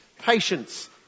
patience